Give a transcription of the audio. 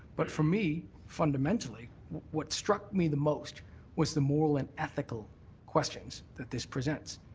but for me, fundamentally, what struck me the most was the moral and ethical questions that this presents,